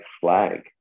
flag